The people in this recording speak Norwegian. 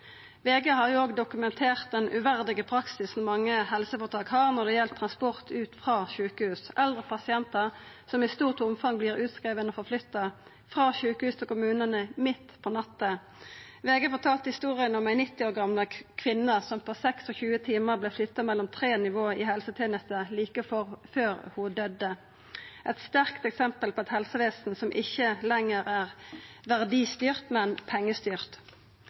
VG har òg dokumentert den uverdige praksisen mange helseføretak har når det gjeld transport ut frå sjukehus – eldre pasientar som i stort omfang vert utskrivne og forflytta frå sjukehus til kommunane midt på natta. VG fortalde historia om ei 90 år gamal kvinne som på 26 timar vart flytta mellom tre nivå i helsetenestene like før ho døydde. Det er eit sterkt eksempel på eit helsevesen som ikkje lenger er verdistyrt, men pengestyrt.